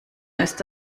ist